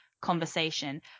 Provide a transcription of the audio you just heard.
conversation